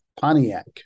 pontiac